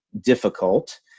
difficult